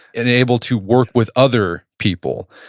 and able to work with other people.